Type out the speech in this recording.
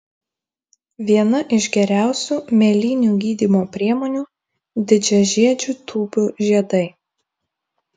viena iš geriausių mėlynių gydymo priemonių didžiažiedžių tūbių žiedai